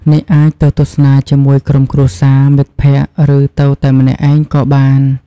អ្នកអាចទៅទស្សនាជាមួយក្រុមគ្រួសារ មិត្តភក្តិ ឬទៅតែម្នាក់ឯងក៏បាន។